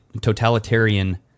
totalitarian